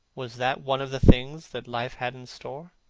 was that one of the things that life had in store?